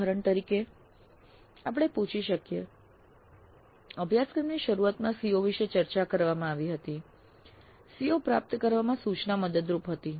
ઉદાહરણ તરીકે આપણે પૂછી શકીએ છીએ અભ્યાસક્રમની શરૂઆતમાં COs વિશે ચર્ચા કરવામાં આવી હતી CO પ્રાપ્ત કરવામાં સૂચના મદદરૂપ હતી